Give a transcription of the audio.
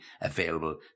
available